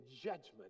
judgment